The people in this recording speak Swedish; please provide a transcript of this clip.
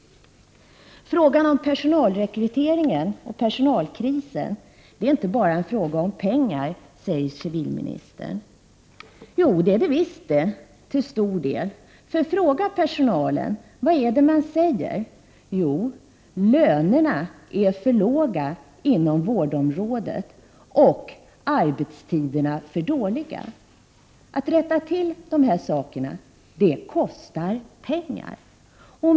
Frågan om personalrekryteringen och personalkrisen är inte bara en fråga om pengar, säger civilministern. Jo, det är det visst det — till stor del. Fråga personalen! Vad är det man säger? Jo, lönerna är för låga inom vårdområdet och arbetstiderna för dåliga. Att rätta till de här sakerna kostar pengar.